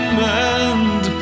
mend